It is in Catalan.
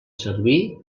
servir